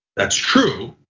that's true,